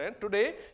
Today